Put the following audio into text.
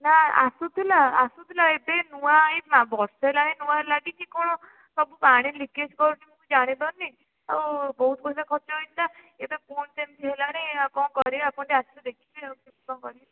ନା ଆସୁଥିଲା ଆସୁଥିଲା ଏବେ ନୂଆ ଏହି ବର୍ଷେ ହେଲାଣି ନୂଆ ଲାଗିଛି କଣ ସବୁ ପାଣି ଲିକେଜ୍ କରୁଛି ମୁଁ ଜାଣିପାରୁନି ଆଉ ବହୁତ ପଇସା ଖର୍ଚ୍ଚ ହୋଇଥିଲା ଏବେ ପୁଣି ଏମିତି ହେଲାଣି ଆଉ କଣ କରିବା ଆପଣ ଟିକେ ଆସିକି ଦେଖିବେ କେମିତି କଣ କରିବା